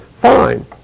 fine